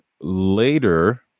later